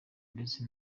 ndetse